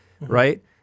right